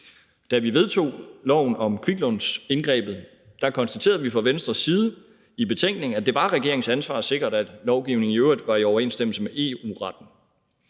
Da vi vedtog loven om kviklånsindgrebet, konstaterede vi fra Venstres side i betænkningen, at det var regeringens ansvar at sikre, at lovgivningen i øvrigt var i overensstemmelse med EU-retten.